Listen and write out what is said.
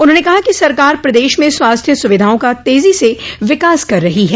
उन्होंने कहा कि सरकार प्रदेश में स्वास्थ्य सुविधाओं का तेजी से विकास कर रही है